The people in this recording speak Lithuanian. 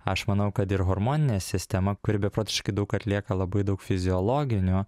aš manau kad ir hormoninė sistema kuri beprotiškai daug atlieka labai daug fiziologinio